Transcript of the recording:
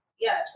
Yes